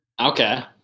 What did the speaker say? okay